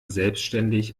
selbstständig